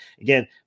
Again